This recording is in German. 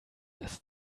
des